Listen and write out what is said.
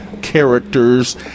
characters